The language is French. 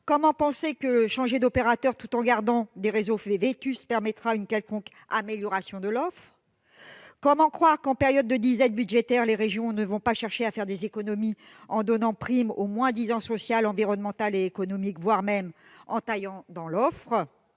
comment penser que changer d'opérateur tout en gardant des réseaux vétustes permettra une quelconque amélioration de l'offre ? Comment croire que, en période de disette budgétaire, les régions ne vont pas chercher à faire des économies en donnant prime au moins-disant social, environnemental et économique, voire en taillant dans l'offre ?